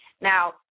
Now